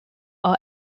are